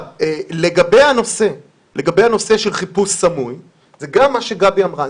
לגבי הנושא של חיפוש סמוי, זה גם מה שגבי אמרה.